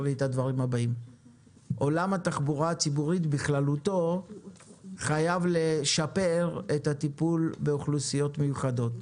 עולם התחבורה הציבורית בכללותו חייב לשפר את הטיפול באוכלוסיות מיוחדות.